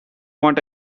want